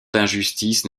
d’injustice